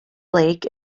lake